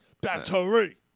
Battery